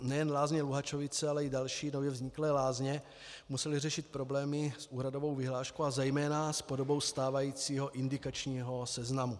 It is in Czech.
Nejen Lázně Luhačovice, ale i další nově vzniklé lázně musely řešit problémy s úhradovou vyhláškou a zejména s podobou stávajícího indikačního seznamu.